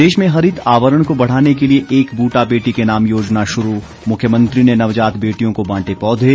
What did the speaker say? प्रदेश में हरित आवरण को बढ़ाने के लिए एक ब्रूटा बेटी के नाम योजना शुरू मुख्यमंत्री ने नवजात बेटियों को बांटे पौधे